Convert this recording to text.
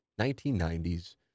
1990s